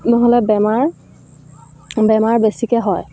নহ'লে বেমাৰ বেমাৰ বেছিকৈ হয়